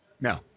No